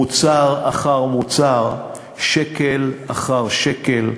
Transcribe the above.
מוצר אחר מוצר, שקל אחר שקל.